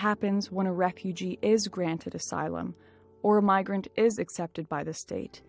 happens when a refugee is granted asylum or migrant is accepted by the state